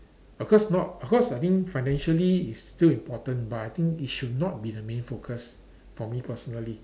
of course not of course I think financially it's still important but I think it should not be the main focus for me personally